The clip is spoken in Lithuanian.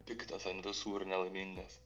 piktas ant visų ir nelaimingas